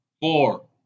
four